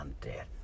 death